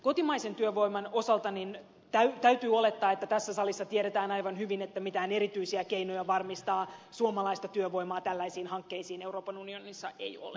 kotimaisen työvoiman osalta täytyy olettaa että tässä salissa tiedetään aivan hyvin että mitään erityisiä keinoja varmistaa suomalaista työvoimaa tällaisiin hankkeisiin euroopan unionissa ei ole